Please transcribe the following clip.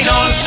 on